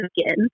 again